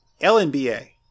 LNBA